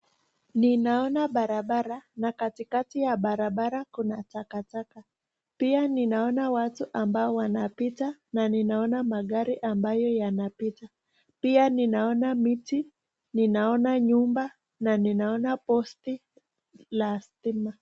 Ninaona barabara na katikati ya barabara kuna takataka, pia ninaona watu ambao wanapita na ninaona magari ambayo yanapita. Pia ninaona miti, ninaona nyumba na ninaona posti la stima.